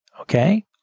Okay